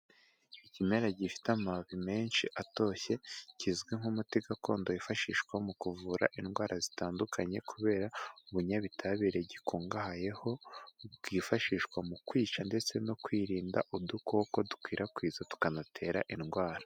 Ikimera gifite amababi menshi atoshye kizwi nk'umuti gakondo wifashishwa mu kuvura indwara zitandukanye kubera ubunnyabitabire gikungahayeho bwifashishwa mu kwica ndetse no kwirinda udukoko dukwirakwiza tukanatera indwara.